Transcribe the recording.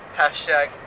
hashtag